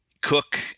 Cook